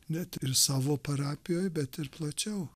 net ir savo parapijoj bet ir plačiau